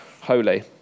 holy